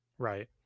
Right